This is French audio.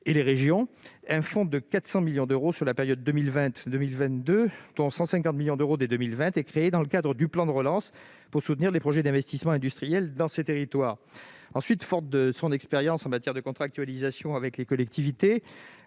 et les régions, un fonds de 400 millions d'euros sur la période 2020-2022, dont 150 millions d'euros dès 2020, est créé dans le cadre du plan de relance, pour soutenir les projets d'investissements industriels dans ces territoires. Par ailleurs, forte de son expérience en matière de contractualisation avec les collectivités,